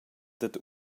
dad